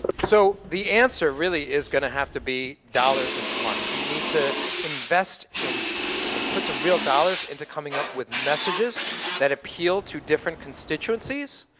so, the answer really is gonna have to be dollars and smarts. we need to invest and put some real dollars into coming up with messages that appeal to different constituencies,